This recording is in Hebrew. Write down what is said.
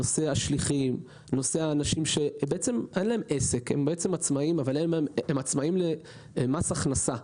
אלה אנשים שהם אומנם עצמאים מבחינת מס הכנסה,